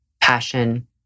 passion